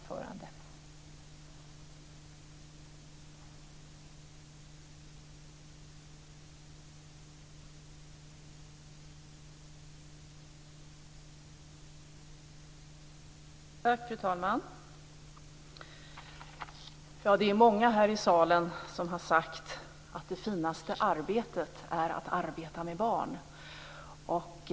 Fru talman!